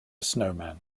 snowman